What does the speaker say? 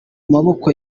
maboko